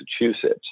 Massachusetts